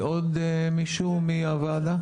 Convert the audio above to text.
עוד מישהו מהוועדה?